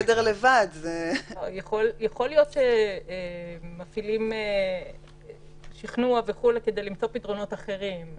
יכול להיות שמפעילים שכנוע כדי למצוא פתרונות אחרים,